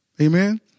Amen